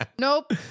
Nope